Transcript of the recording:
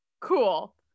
cool